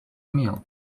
meal